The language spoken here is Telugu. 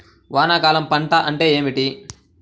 వానాకాలం పంట అంటే ఏమిటి?